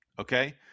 Okay